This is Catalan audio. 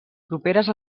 properes